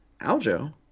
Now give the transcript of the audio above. Aljo